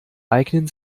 eignen